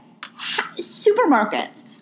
Supermarkets